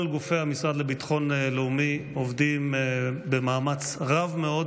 כל גופי המשרד לביטחון לאומי עובדים במאמץ רב מאוד